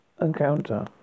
encounter